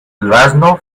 durazno